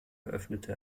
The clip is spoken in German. eröffnete